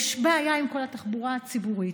יש בעיה עם כל התחבורה הציבורית.